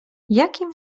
jakim